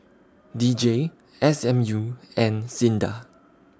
D J S M U and SINDA